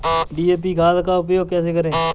DAP खाद का उपयोग कैसे करें?